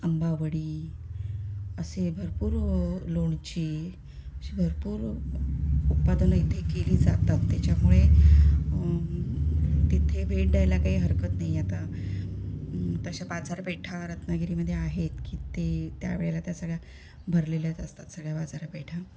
आंबावडी असे भरपूर लोणची अशी भरपूर उत्पादनं इथे केली जातात त्याच्यामुळे तिथे भेट द्यायला काही हरकत नाही आता तशा बाजारपेठा रत्नागिरीमध्ये आहेत की ते त्यावेळेला त्या सगळ्या भरलेल्याच असतात सगळ्या बाजारापेठा